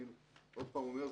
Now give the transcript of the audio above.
אני עוד פעם אומר,